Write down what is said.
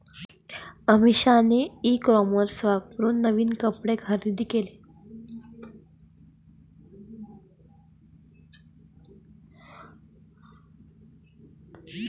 अमिषाने e commerce वापरून नवीन कपडे खरेदी केले